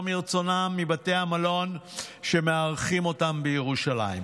מרצונם מבתי המלון שמארחים אותם בירושלים.